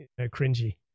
cringy